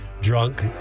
drunk